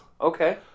okay